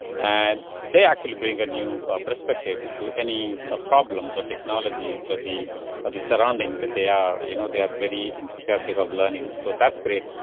and they actually bring a new perspective to any ah problems or technologies or the or the surrounding that they are. you know, they're very interesting of learning, so that's great.